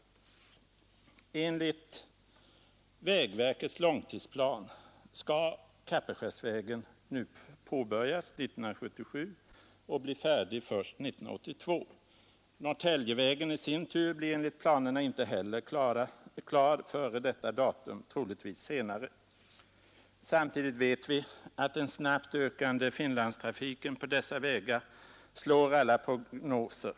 Enligt vägverkets långtidsplan skall Kapellskärsvägen påbörjas 1977 och bli färdig först 1982. Norrtäljevägen i sin tur blir enligt planerna inte heller klar före detta datum, troligtvis senare. Samtidigt vet vi att den snabbt ökande Finlandstrafiken på dessa vägar slår alla prognoser.